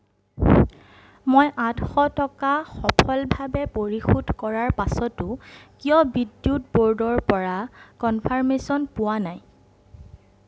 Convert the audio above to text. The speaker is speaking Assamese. মই আঠশ টকা সফলভাৱে পৰিশোধ কৰাৰ পাছতো কিয় বিদ্যুৎ ব'ৰ্ডৰ পৰা কনফাৰ্মেশ্য়ন পোৱা নাই